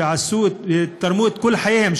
שתרמו את כל חייהם,